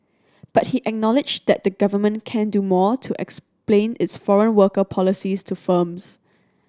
but he acknowledged that the Government can do more to explain its foreign worker policies to firms